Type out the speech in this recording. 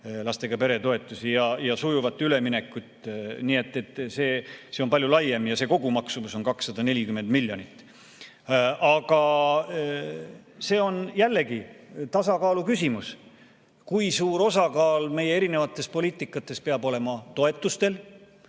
lapsega pere toetusi ja sujuvat üleminekut. Nii et, see on palju laiem ja see kogumaksumus on 240 miljonit. Aga see on jällegi tasakaalu küsimus. Kui suur osakaal meie erinevates poliitikates peab olema toetustel.